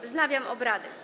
Wznawiam obrady.